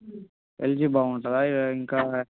LG బాగుంటుందా ఇక ఇంకా